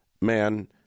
man